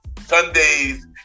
Sundays